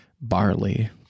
Barley